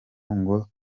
ngo